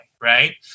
right